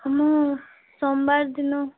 ମୁଁ ସୋମବାର ଦିନ